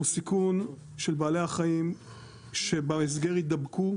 הוא סיכון של בעלי החיים שבהסגר יידבקו,